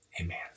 amen